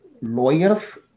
lawyers